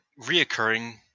reoccurring